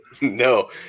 No